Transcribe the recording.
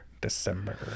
December